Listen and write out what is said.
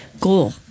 goal